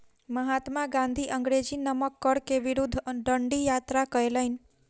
महात्मा गाँधी अंग्रेजी नमक कर के विरुद्ध डंडी यात्रा कयलैन